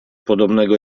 podobnego